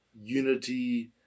unity